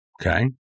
Okay